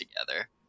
together